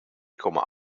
komma